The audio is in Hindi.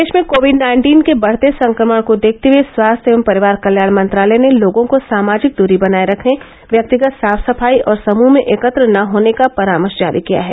देश में कोविड नाइन्टीन के बढ़ते संक्रमण को देखते हुए स्वास्थ्य एवं परिवार कल्याण मंत्रालय ने लोगों को सामाजिक दूरी बनाए रखने व्यक्तिगत साफ सफाई और समुह में एकत्र न होने का परामर्श जारी किया है